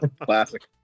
classic